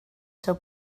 seu